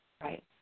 Right